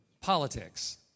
politics